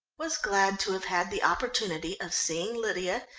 was glad to have had the opportunity of seeing lydia,